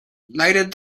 lighted